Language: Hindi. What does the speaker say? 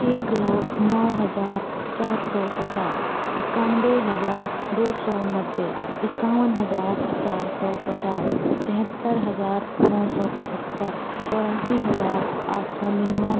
एक लाख नौ हजार चार सौ पचास इक्यानवे हजार दो सौ नब्बे इक्यावन हजार चार सौ पचास तिहत्तर हजार नौ सौ पचहत्तर चौरासी हजार आठ सौ निन्यानवे